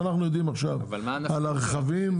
אבל מה הנפקות של התוספת?